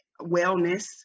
wellness